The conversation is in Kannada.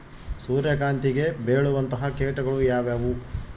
ಸೂರ್ಯಕಾಂತಿಗೆ ಬೇಳುವಂತಹ ಕೇಟಗಳು ಯಾವ್ಯಾವು?